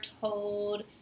told